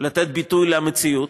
לתת ביטוי למציאות,